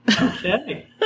Okay